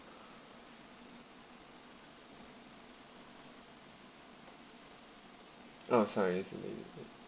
oh sorry it's